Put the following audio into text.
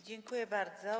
Dziękuję bardzo.